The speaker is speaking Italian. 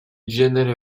genere